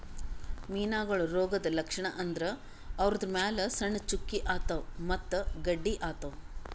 ಮೀನಾಗೋಳ್ ರೋಗದ್ ಲಕ್ಷಣ್ ಅಂದ್ರ ಅವುದ್ರ್ ಮ್ಯಾಲ್ ಸಣ್ಣ್ ಚುಕ್ಕಿ ಆತವ್ ಮತ್ತ್ ಗಡ್ಡಿ ಆತವ್